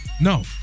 No